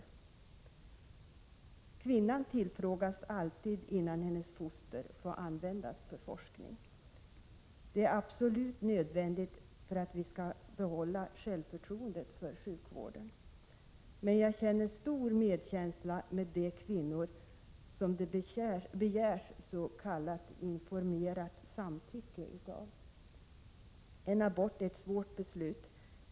Kvinnan tillfrågas alltid innan hennes foster får användas för forskning. Det är absolut nödvändigt för att vi skall behålla förtroendet för sjukvården. Men jag känner stor medkänsla med de kvinnor som det begärs ”informerat samtycke” av. En abort är ett svårt beslut.